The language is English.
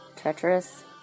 treacherous